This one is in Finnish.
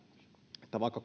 että vaikka